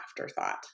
afterthought